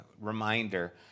reminder